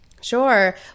Sure